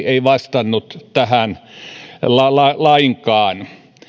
ei vastannut tähän lainkaan